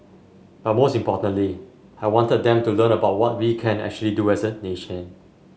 but most importantly I wanted them to learn about what we can actually do as a nation